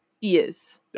yes